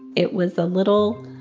it was a little,